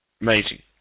amazing